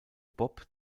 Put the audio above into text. bob